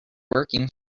working